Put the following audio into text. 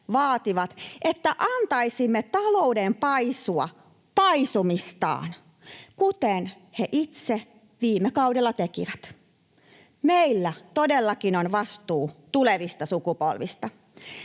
vaativat, että antaisimme talouden paisua paisumistaan, kuten he itse viime kaudella tekivät. Meillä todellakin on vastuu tulevista sukupolvista.